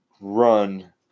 run